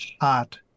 hot